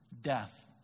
death